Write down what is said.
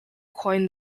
coined